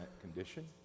condition